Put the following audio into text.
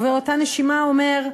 ובאותה נשימה הוא אומר: